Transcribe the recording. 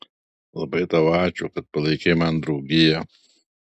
labai tau ačiū kad palaikei man draugiją